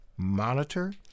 Monitor